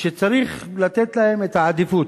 שצריך לתת להם את העדיפות.